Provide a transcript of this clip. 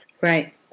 Right